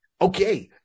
Okay